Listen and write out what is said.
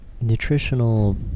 Nutritional